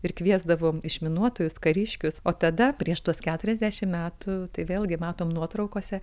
ir kviesdavom išminuotojus kariškius o tada prieš tuos keturiasdešim metų tai vėlgi matom nuotraukose